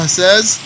says